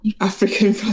African